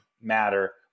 matter